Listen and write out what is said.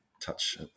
touch